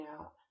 out